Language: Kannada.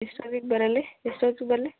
ಎಷ್ಟೊತ್ತಿಗೆ ಬರಲಿ ಎಷ್ಟೊತ್ತಿಗೆ ಬರಲಿ